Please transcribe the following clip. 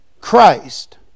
christ